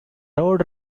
road